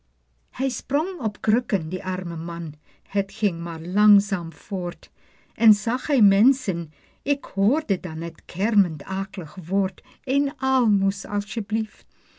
hij sprong op krukken de arme man het ging maar langzaam voort en zag hij menschen k hoorde dan het kermend ak'lig woord een aalmoes alsjeblief